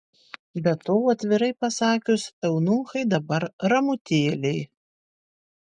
be to atvirai pasakius eunuchai dabar ramutėliai